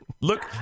Look